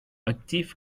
actif